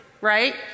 right